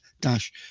dash